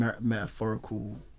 metaphorical